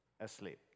asleep